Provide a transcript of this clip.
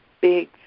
big